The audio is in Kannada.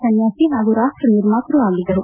ಸನ್ನಾಸಿ ಹಾಗೂ ರಾಷ್ಷ ನಿರ್ಮಾತ್ವ ಆಗಿದ್ದರು